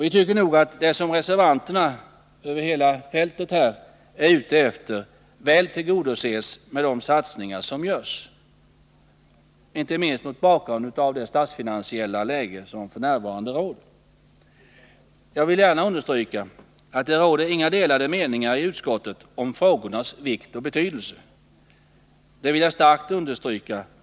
Vi tycker nog att det som reservanterna över hela fältet är ute efter väl tillgodoses med de satsningar som görs, inte minst mot bakgrund av det statsfinansiella läge som f. n. råder. Jag vill gärna understryka att det inte råder några delade meningar i utskottet om frågornas vikt och betydelse. Det vill jag starkt betona.